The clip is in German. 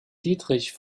dietrich